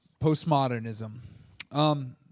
postmodernism